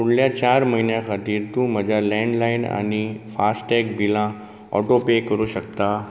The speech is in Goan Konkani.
फुडल्या चार म्हयन्यां खातीर तूं म्हज्या लँडलायन आनी फास्टॅग बिलां ऑटो पे करूंक शकता